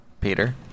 Peter